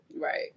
Right